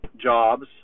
jobs